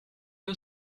you